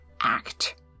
act